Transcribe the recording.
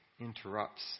interrupts